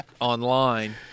online